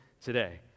today